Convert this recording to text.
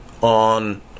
on